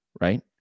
right